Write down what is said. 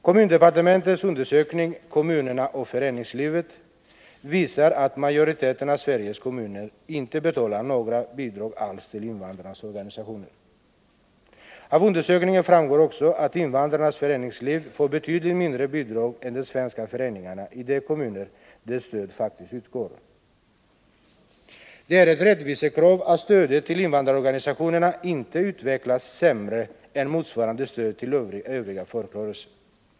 Kommundepartementets undersökning Kommunerna och föreningslivet visar att majoriteten av Sveriges kommuner inte betalar några bidrag alls till invandrarnas organisationer. Av undersökningen framgår också att invandrarnas föreningsliv får betydligt mindre bidrag än de svenska föreningarna i de kommuner där stöd faktiskt utgår. Det är ett rättvisekrav att stödet till invandrarorganisationerna inte utvecklas sämre än motsvarande stöd till övriga folkrörelser.